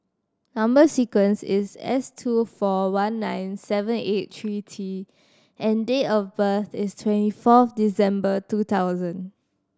number sequence is S two four one nine seven eight three T and date of birth is twenty fourth December two thousand